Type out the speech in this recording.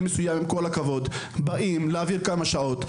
מסוים עם כל הכבוד באים להעביר כמה שעות?